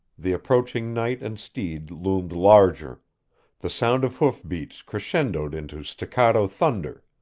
the approaching knight and steed loomed larger the sound of hoofbeats crescendoed into staccato thunder.